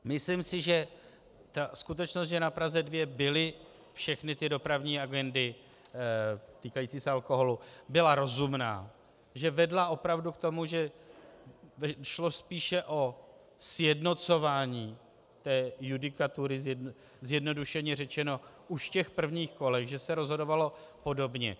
Myslím si, že ta skutečnost, že na Praze 2 byly všechny ty dopravní agendy týkající se alkoholu, byla rozumná, že vedla opravdu k tomu, že šlo spíše o sjednocování té judikatury, zjednodušeně řečeno, už v těch prvních kolech, že se rozhodovalo podobně.